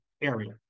area